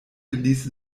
ließe